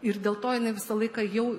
ir dėl to jinai visą laiką jau